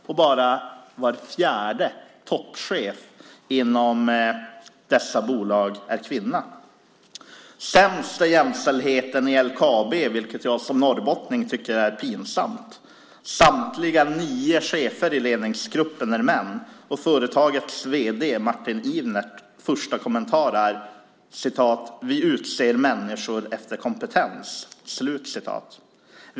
Och bara var fjärde toppchef inom dessa bolag är kvinna. Sämst är jämställdheten i LKAB, vilket jag som norrbottning tycker är pinsamt. Samtliga nio chefer i ledningsgruppen är män. Och den första kommentaren från företagets vd Martin Ivert är: "Vi utser människor efter kompetens."